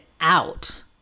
out